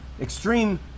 extreme